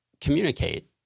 communicate